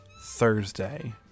Thursday